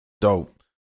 Dope